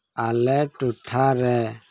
ᱟᱞᱮ ᱴᱚᱴᱷᱟᱨᱮ